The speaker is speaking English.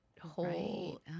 whole